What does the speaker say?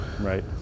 Right